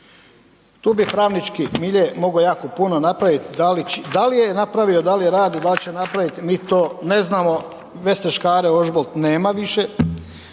Tu bi pravnički milje mogo jako puno napravit, da li je napravio, da li radi, da li će napraviti mi to ne znamo, Vesne Škare Ožbolt nema više